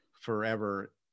forever